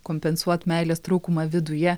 kompensuot meilės trūkumą viduje